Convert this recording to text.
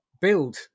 build